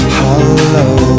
hollow